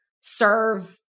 serve